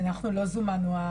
אנחנו לא זומנו.